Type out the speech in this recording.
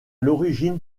l’origine